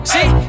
See